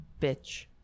bitch